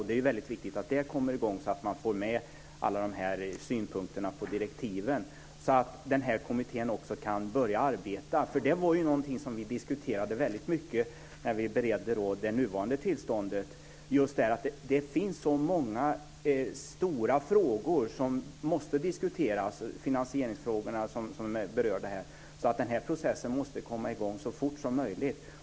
Det är väldigt viktigt att det kommer i gång så att man får med alla synpunkter på direktiven så att den här kommittén också kan börja arbeta. Det var någonting som vi diskuterade väldigt mycket när vi beredde det nuvarande tillståndet. Just att det finns så många stora frågor som måste diskuteras, finansieringsfrågorna som berördes här, gör att den här processen måste komma i gång så fort som möjligt.